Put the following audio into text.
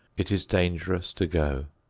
it is dangerous to go.